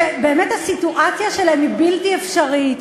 שבאמת הסיטואציה שלהן היא בלתי אפשרית: